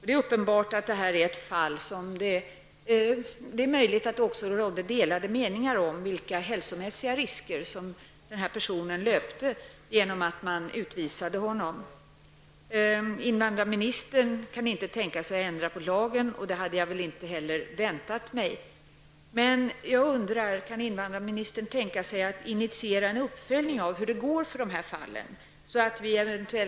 Det är uppenbart att det i det här fallet rådde delade meningar om de hälsomässiga risker som personen i fråga löpte i och med utvisningen. Invandrarministern kan inte tänka sig att ändra på lagen. Det hade jag nog inte heller väntat mig att hon skulle vara beredd att göra. Men jag undrar: Kan invandrarministern tänka sig att initiera en uppföljning, så att vi får reda på hur det går i sådana här fall?